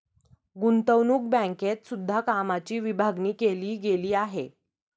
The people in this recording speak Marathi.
गुतंवणूक बँकेत सुद्धा कामाची विभागणी केली गेली आहे